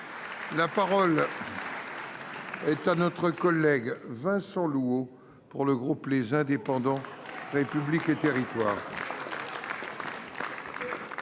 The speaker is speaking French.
La parole est à M. Vincent Louault, pour le groupe Les Indépendants – République et Territoires.